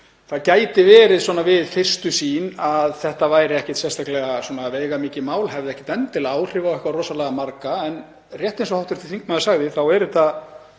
Það gæti virst svona við fyrstu sýn að þetta sé ekkert sérstaklega veigamikið mál, hafi ekkert endilega áhrif á eitthvað rosalega marga, en rétt eins og hv. þingmaður sagði er þetta